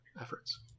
efforts